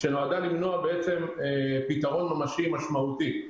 שנועדה למנוע פתרון ממשי משמעותי.